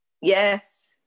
Yes